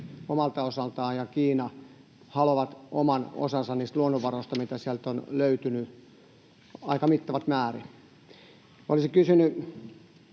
Yhdysvallat ja Kiina haluavat oman osansa niistä luonnonvaroista, mitä sieltä on löytynyt aika mittavat määrät. Olisin kysynyt,